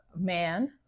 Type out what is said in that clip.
man